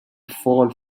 fault